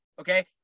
okay